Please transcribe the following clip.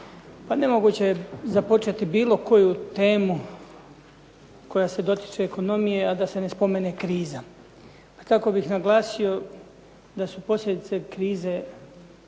Nemoguće je započeti bilo koju temu koja se dotiče ekonomije a da se ne spomene kriza. Pa kako bih naglasio da su posljedice krize